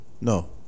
No